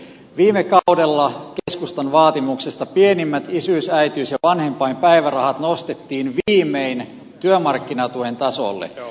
viime kaudella keskustan vaatimuksesta pienimmät isyys äitiys ja vanhempainpäivärahat nostettiin viimein työmarkkinatuen tasolle